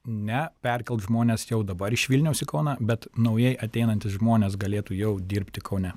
ne perkelt žmones jau dabar iš vilniaus į kauną bet naujai ateinantys žmonės galėtų jau dirbti kaune